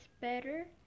better